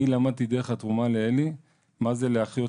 אני למדתי דרך התרומה לאלי מה זה להחיות,